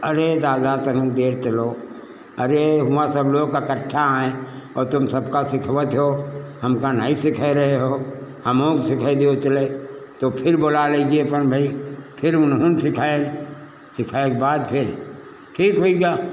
अरे दादा तनिक देर चलो अरे हुआँ सब लोग एकट्ठा हैं और तुम सबका सिखवत हो हमका नाई सिखै रहे हो हमऊँ के सिखै देओ चलै तो फिर बोलाइ लइ गए अपन भई फिर उनहुन सिखाएल सिखाए के बाद फिर ठीक होइगा